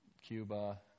Cuba